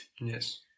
Yes